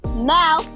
now